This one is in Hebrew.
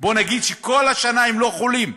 נגיד שכל השנה הם לא חולים,